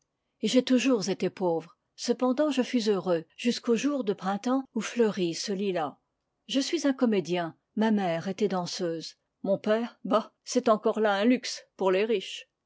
et j'ai toujours été pauvre cependant je fus heureux jusqu'au jour de printemps où fleurit ce lilas je suis un comédien ma mère était danseuse mon père bah c'est encore là un luxe pour les riches